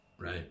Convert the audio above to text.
right